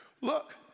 Look